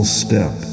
step